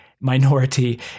minority